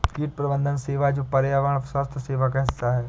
कीट प्रबंधन सेवा जो पर्यावरण स्वास्थ्य सेवा का हिस्सा है